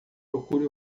procure